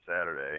Saturday